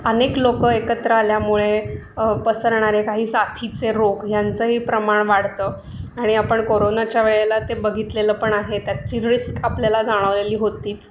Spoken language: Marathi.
अनेक लोकं एकत्र आल्यामुळे पसरणारे काही साथीचे रोग यांचंही प्रमाण वाढतं आणि आपण कोरोनाच्या वेळेला ते बघितलेलं पण आहे त्याची रिस्क आपल्याला जाणवलेली होतीच